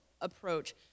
approach